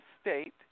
state